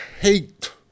hate